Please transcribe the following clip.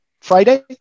Friday